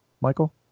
Michael